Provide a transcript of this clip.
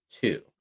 two